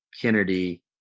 Kennedy